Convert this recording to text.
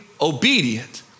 obedient